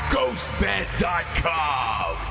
GhostBed.com